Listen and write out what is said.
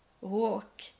walk